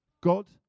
God